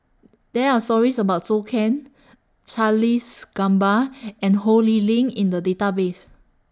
There Are stories about Zhou Can Charles Gamba and Ho Lee Ling in The Database